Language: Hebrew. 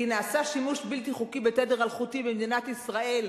כי נעשה שימוש בלתי חוקי בתדר אלחוטי במדינת ישראל,